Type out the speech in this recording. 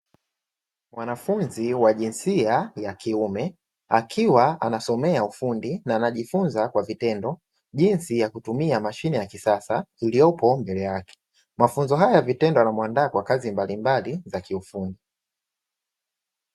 Mwanafunzi wa jinsia ya kiume, akiwa anasomea ufundi na anajifunza kwa vitendo jinsi ya kutumia mashine ya kisasa iliyopo mbele yake. Mafunzo haya ya vitendo yanamuandaa kwa kazi mbalimbali za kiufundi.